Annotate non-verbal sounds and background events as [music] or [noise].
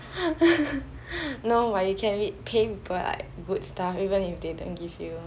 [laughs] no but you can be paying people good stuff even if they don't give you